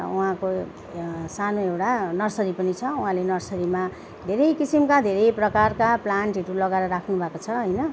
र उहाँको सानो एउटा नर्सरी पनि छ उहाँले नर्सरीमा धेरै किसिमका धेरै प्रकारका प्लान्टहरू लगाएर राख्नुभएको छ होइन